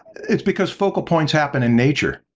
it's because focal points happen in nature.